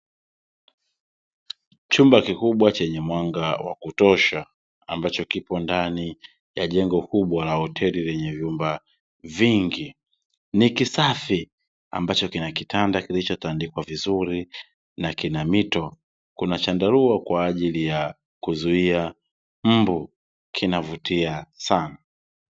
Chumba kikubwa chenye mwanga wa kutosha, ambacho kipo ndani ya jengo kubwa la hoteli lenye vyumba vingi. Ni kisafi ambacho kina kitanda kilichotandikwa vizuri na kina mito, kuna chandarua kwa ajili ya kuzuia mbu, kinavutia sana.